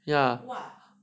yeah